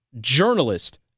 journalist